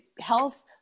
health